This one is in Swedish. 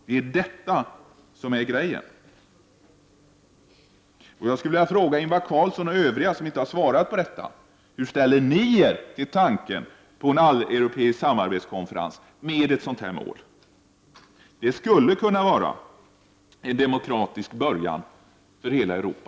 Det är detta som är meningen med vårt förslag. Jag skulle vilja fråga Ingvar Carlsson och övriga som inte har berört den här saken: Hur ställer ni er till tanken på en alleuropeisk samarbetskonferens, då målet är det som jag har angivit? Det skulle kunna vara en demokratisk början för hela Europa.